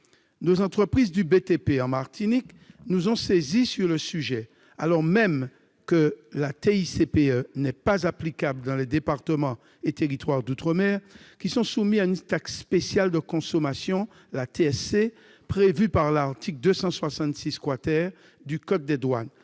Nos entreprises du BTP en Martinique nous ont saisis sur le sujet, alors même que la TICPE n'est pas applicable dans les départements et territoires d'outre-mer, qui sont soumis à une taxe spéciale sur la consommation, la TSC, prévue par l'article 266 du code des douanes.